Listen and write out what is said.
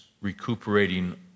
recuperating